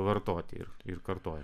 vartoti ir ir kartoja